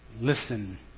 Listen